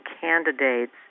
candidates